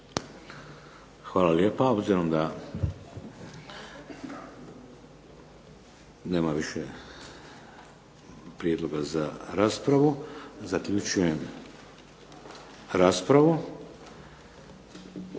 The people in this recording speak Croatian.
Hvala lijepa. Obzirom da nema više prijedloga za raspravu, zaključujem raspravu.